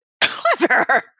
clever